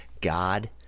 God